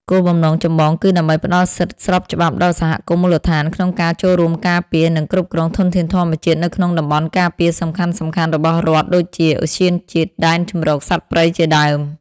គោលបំណងចម្បង គឺដើម្បីផ្ដល់សិទ្ធិស្របច្បាប់ដល់សហគមន៍មូលដ្ឋានក្នុងការចូលរួមការពារ និងគ្រប់គ្រងធនធានធម្មជាតិនៅក្នុងតំបន់ការពារសំខាន់ៗរបស់រដ្ឋដូចជា ឧទ្យានជាតិ ដែនជម្រកសត្វព្រៃជាដើម។